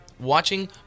watching